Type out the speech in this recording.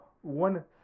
one